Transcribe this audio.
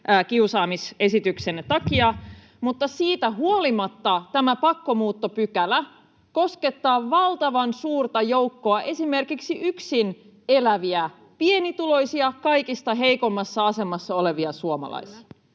köyhienkiusaamisesityksenne takia. Mutta siitä huolimatta tämä pakkomuuttopykälä koskettaa valtavan suurta joukkoa esimerkiksi yksin eläviä, pienituloisia, kaikista heikoimmassa asemassa olevia suomalaisia.